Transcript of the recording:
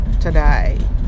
today